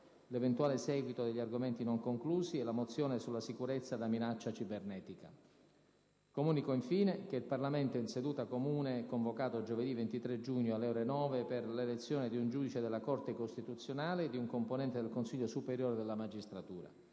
l'eventuale seguito degli argomenti non conclusi e la mozione sulla sicurezza da minaccia cibernetica. Comunico, infine, che il Parlamento in seduta comune è convocato giovedì 23 giugno, alle ore 9, per l'elezione di un giudice della Corte costituzionale e di un componente del Consiglio superiore della magistratura.